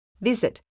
visit